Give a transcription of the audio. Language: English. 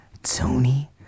Tony